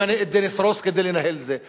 ממנה את דניס רוס כדי לנהל את זה.